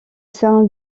sein